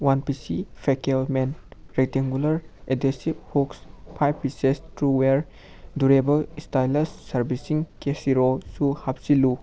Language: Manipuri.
ꯋꯥꯟ ꯄꯤ ꯁꯤ ꯐꯦꯀꯦꯜ ꯃꯦꯟ rectangular adhesive hooks five pieces ꯇ꯭ꯔꯨ ꯋꯦꯌꯔ ꯗꯨꯔꯦꯕꯜ ꯏꯁꯇꯥꯏꯂꯤꯁ ꯁꯥꯔꯕꯤꯁꯤꯡ ꯀꯦꯁꯤꯔꯣꯜꯁꯨ ꯍꯥꯞꯆꯤꯜꯂꯨ